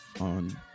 on